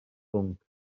bwnc